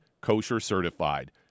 kosher-certified